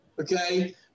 Okay